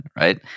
right